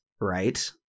right